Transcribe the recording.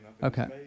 Okay